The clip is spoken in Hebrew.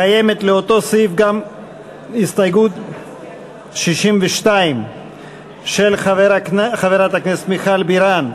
קיימת לאותו סעיף גם הסתייגות 62 של חברת הכנסת מיכל בירן.